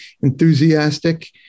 enthusiastic